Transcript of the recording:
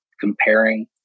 comparing